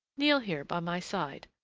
kneel here by my side.